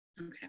Okay